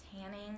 tanning